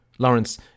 Lawrence